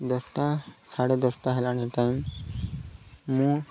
ଦଶଟା ସାଢ଼େ ଦଶଟା ହେଲାଣି ଟାଇମ୍ ମୁଁ